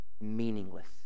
meaningless